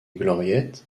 gloriette